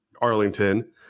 Arlington